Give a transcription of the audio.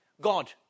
god